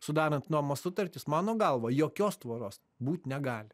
sudarant nuomos sutartis mano galva jokios tvoros būt negali